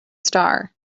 star